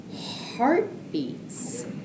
heartbeats